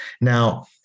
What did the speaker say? Now